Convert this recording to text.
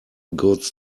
goods